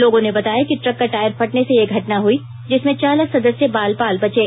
लोगों ने बताया कि ट्रक का टायर फटने से ये घटना हुई जिसमें चालक सदस्य बाल बाल बचे